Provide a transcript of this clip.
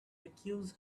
accuse